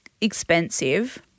expensive